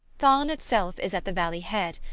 thann itself is at the valley-head,